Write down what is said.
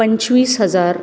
पंचवीस हजार